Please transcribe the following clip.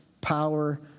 power